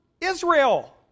Israel